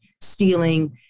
stealing